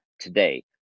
today